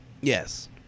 Yes